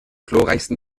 glorreichsten